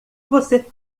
você